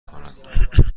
کند